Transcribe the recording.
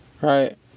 right